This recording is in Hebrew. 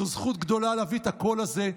זו זכות גדולה להביא את הקול הזה,